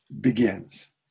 begins